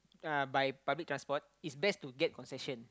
uh by public transport it's best to get concession